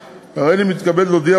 וכדי לאפשר זמן מספיק להתקנת התקנות ולקיום